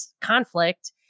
conflict